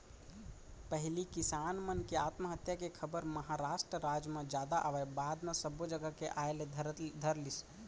पहिली किसान मन के आत्महत्या के खबर महारास्ट राज म जादा आवय बाद म सब्बो जघा के आय ल धरलिस